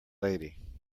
lady